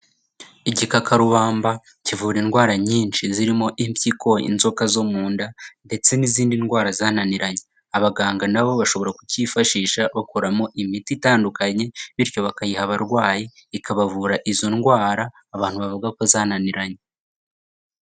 Igikakarubamba kivura indwara nyinshi zirimo impyiko, inzoka zo mu nda ndetse n'izindi ndwara zananiranye. Abaganga na bo bashobora kukifashisha bakoramo imiti itandukanye, bityo bakayiha abarwayi ikabavura izo ndwara abantu bavuga ko zananiranye.